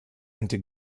into